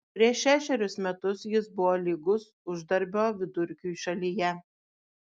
prieš šešerius metus jis buvo lygus uždarbio vidurkiui šalyje